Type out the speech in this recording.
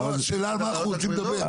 השאלה על מה אנחנו רוצים לדבר?